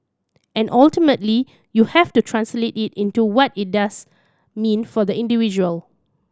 and ultimately you have to translate it into what it does mean for the individual